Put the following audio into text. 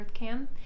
EarthCam